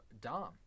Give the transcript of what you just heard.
dom